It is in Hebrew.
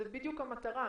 זו בדיוק המטרה.